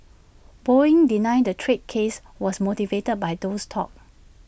boeing denied the trade case was motivated by those talks